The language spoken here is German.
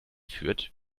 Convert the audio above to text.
führt